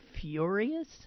furious